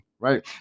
right